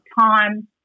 time